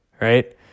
right